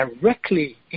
directly